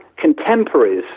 contemporaries